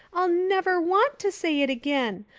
i'll never want to say it again.